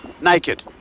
Naked